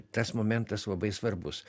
tas momentas labai svarbus